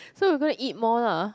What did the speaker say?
so we gonna eat more lah